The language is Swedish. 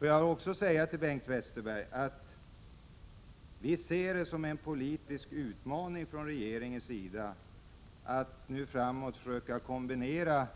Jag vill också säga till Bengt Westerberg att vi från regeringens sida ser det som en politisk utmaning att framöver försöka kombinera